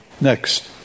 Next